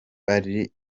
bari